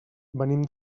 venim